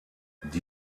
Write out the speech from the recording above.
die